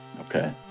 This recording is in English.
Okay